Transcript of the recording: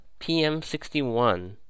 PM61